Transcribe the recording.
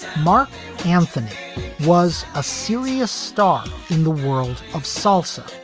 marc anthony was a serious star in the world of salsa,